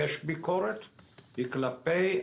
אני יושב למעלה